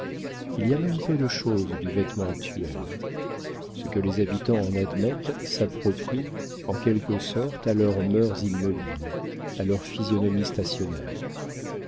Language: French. il y a même peu de chose du vêtement actuel ce que les habitants en admettent s'approprie en quelque sorte à leurs mœurs immobiles à leur physionomie stationnaire